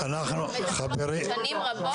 ואני יודעת מנועה שהם באמת משקיעים המון בהכשרות האלה.